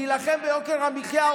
להילחם ביוקר המחיה,